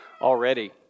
already